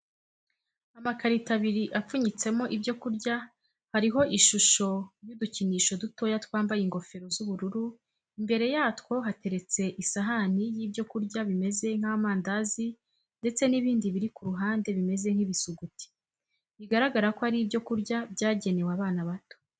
Amakarito abiri apfunyitsemo ibyo kurya hariho ishusho y'udukinisho dutoya twambaye ingofero z'ubururu, imbere yatwo hateretse isahani y'ibyo kurya bimeze nk'amandazi ndetse n'ibindi biri ku ruhande bimeze nk'ibisuguti, bigaragara ko ari ibyo kurya byagenewe abana bato.